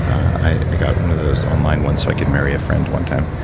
i got one of those online ones so i could marry a friend one time.